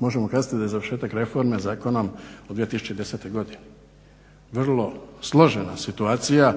možemo kazati da je završetak reforme Zakonom u 2010. godini. Vrlo složena situacija,